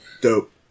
dope